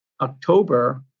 October